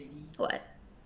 what